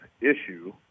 issue